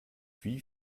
wie